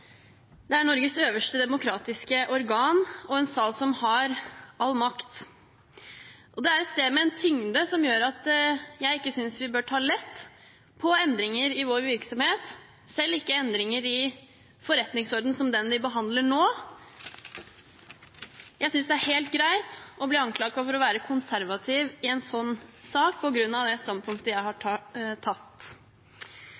Det er Norges øverste demokratiske organ og en sal som har all makt. Det er sted med en tyngde som gjør at jeg ikke synes vi bør ta lett på endringer i vår virksomhet, selv ikke endringer i forretningsordenen som dem vi behandler nå. Jeg synes det er helt greit å bli anklaget for å være konservativ i en slik sak på grunn av det standpunktet jeg har